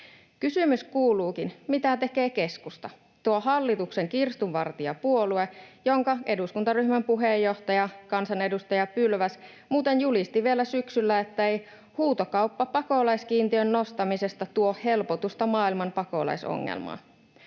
Kysymys kuuluukin: mitä tekee keskusta, tuo hallituksen kirstunvartijapuolue, jonka eduskuntaryhmän puheenjohtaja, kansanedustaja Pylväs, muuten julisti vielä syksyllä, että ei huutokauppa pakolaiskiintiön nostamisesta tuo helpotusta maailman pakolaisongelmaan.